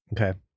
Okay